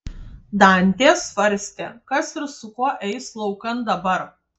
dantė svarstė kas ir su kuo eis laukan dabar